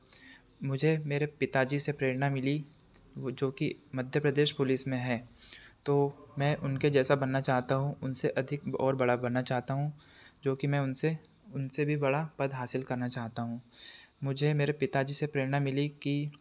मुझे मेरे पिताजी से प्रेरणा मिली वह जो कि मध्यप्रदेश पुलिस में हैं तो मैं उनके जैसा बनना चाहता हूँ उनसे अधिक और बड़ा बनना चाहता हूँ जो कि मैं उनसे उनसे भी बड़ा पद हासिल करना चाहता हूँ मुझे मेरे पिताजी से प्रेरणा मिली कि